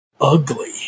ugly